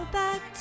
back